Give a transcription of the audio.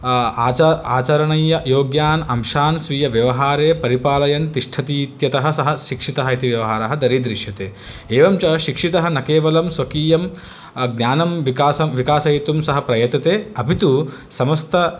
आच आचरणीययोग्यान् अंशान् स्वीयव्यवहारे परिपालयन् तिष्टतीत्यतः सः सिक्षितः इति व्यवहारः दरीदृश्यते एवं च शिक्षितः न केवलं स्वकीयं ज्ञानं विकासं विकासयितुं सः प्रयतते अपि तु समस्त